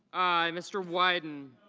i. mr. wyden